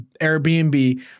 Airbnb